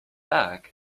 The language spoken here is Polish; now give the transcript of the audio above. tak